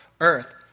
earth